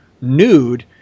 nude